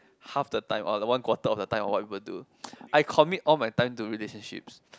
half the time or the one quarter of the time or whatever do I commit all my time to relationships